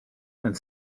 and